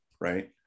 right